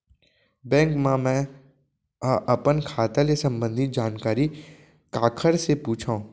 Bank मा मैं ह अपन खाता ले संबंधित जानकारी काखर से पूछव?